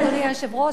אדוני היושב-ראש,